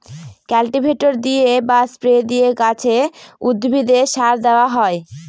cultivator দিয়ে বা spray দিয়ে গাছে, উদ্ভিদে সার দেওয়া হয়